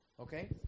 Okay